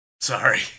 Sorry